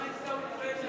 מה עיסאווי פריג'